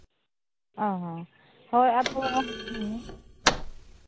ᱚ ᱦᱚᱸ ᱦᱳᱭ ᱟᱫᱚ